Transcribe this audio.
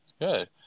Good